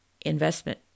investment